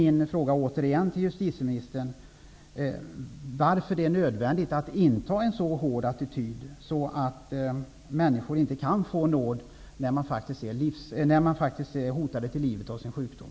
Min fråga till justitieministern är återigen varför det är nödvändigt att inta en så hård attityd att människor inte kan få nåd när de faktiskt är hotade till livet av sin sjukdom.